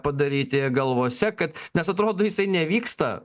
padaryti galvose kad nes atrodo jisai nevyksta